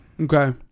Okay